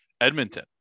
Edmonton